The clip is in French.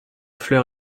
fleur